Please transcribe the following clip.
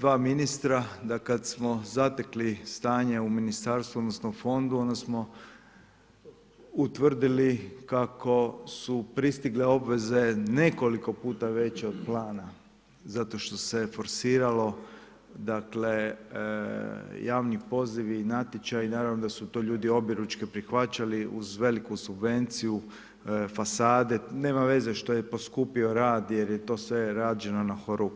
dva ministra, da kad smo zatekli stanje u ministarstvu odnosno u fondu, onda smo utvrdili kako su pristigle obveze nekoliko puta veće od plana zato što se forsiralo javni pozivi, natječaji, naravno da su to ljudi objeručke prihvaćali uz veliku subvenciju fasade, nema veze što je poskupio rad jer je to sve rađeno na horuk.